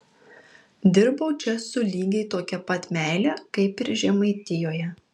dirbau čia su lygiai tokia pat meile kaip ir žemaitijoje